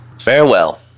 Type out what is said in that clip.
Farewell